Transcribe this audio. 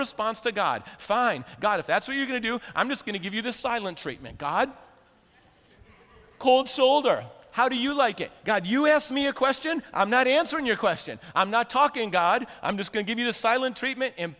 response to god fine god if that's what you're going to do i'm just going to give you the silent treatment god cold shoulder how do you like it god us me a question i'm not answering your question i'm not talking god i'm just going to give you the silent treatment